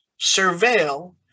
surveil